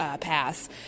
pass